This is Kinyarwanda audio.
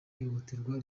ihohoterwa